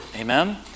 Amen